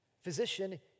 Physician